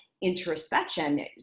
introspection